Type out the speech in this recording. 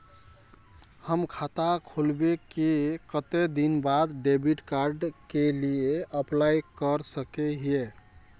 हम खाता खोलबे के कते दिन बाद डेबिड कार्ड के लिए अप्लाई कर सके हिये?